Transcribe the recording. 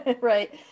right